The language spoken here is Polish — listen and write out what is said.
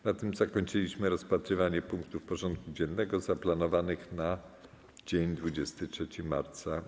Na tym zakończyliśmy rozpatrywanie punktów porządku dziennego zaplanowanych na dzień 23 marca br.